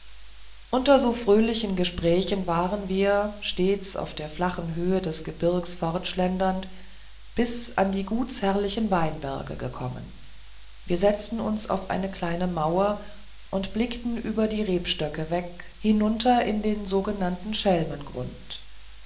unter so fröhlichen gesprächen waren wir stets auf der flachen höhe des gebirgs fortschlendernd bis an die gutsherrlichen weinberge gekommen wir setzten uns auf eine kleine mauer und blickten über die rebstöcke weg hinunter in den sogenannten